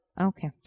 Okay